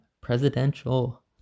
presidential